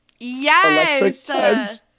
yes